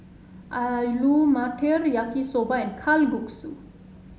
Alu Matar Yaki Soba and Kalguksu